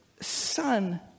son